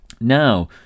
Now